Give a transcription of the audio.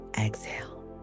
exhale